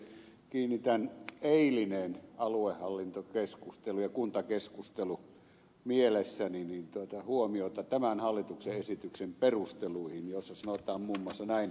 kiinnitän eilinen aluehallintokeskustelu ja kuntakeskustelu mielessäni huomiota tämän hallituksen esityksen perusteluihin joissa sanotaan muun muassa näin